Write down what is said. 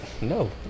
no